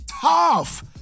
tough